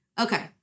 Okay